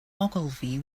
ogilvy